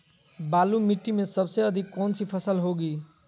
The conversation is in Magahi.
बालू मिट्टी में सबसे अधिक कौन सी फसल होगी?